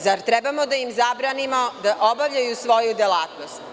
Zar trebamo da im zabranimo da obavljaju svoju delatnost?